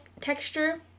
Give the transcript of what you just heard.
texture